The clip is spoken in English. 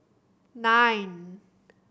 nine